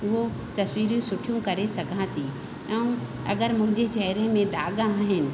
उहो तस्वीरूं सुठियूं करे सघां थी ऐं अगरि मुंहिंजे चहिरे में दाॻ आहिनि